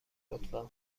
لطفا